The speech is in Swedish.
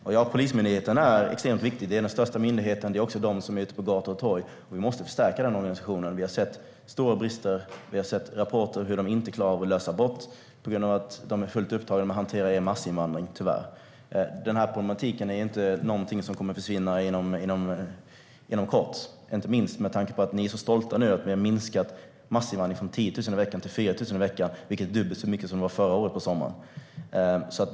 Ja, Polismyndigheten är extremt viktig. Det är den största myndigheten. Det är också polisen som är ute på gator och torg. Vi måste förstärka den organisationen. Vi har sett stora brister. Vi har sett rapporter om att man inte klarar att lösa brott på grund av att man är fullt upptagen med att hantera er massinvandring - tyvärr. Den här problematiken är ingenting som kommer att försvinna inom kort, inte minst med tanke på att ni nu är så stolta över att ni har minskat massinvandringen från 10 000 i veckan till 4 000 i veckan. Det är dubbelt så mycket som på sommaren förra året.